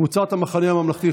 קבוצת סיעת המחנה הממלכתי,